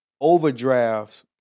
overdrafts